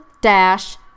dash